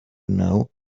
know